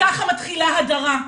ככה מתחילה הדרה.